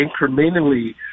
incrementally